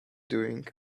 doing